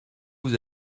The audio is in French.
vous